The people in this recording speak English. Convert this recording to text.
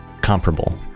comparable